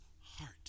heart